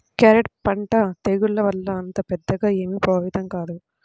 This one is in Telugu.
క్యారెట్ పంట తెగుళ్ల వల్ల అంత పెద్దగా ఏమీ ప్రభావితం కాదు